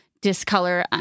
discolor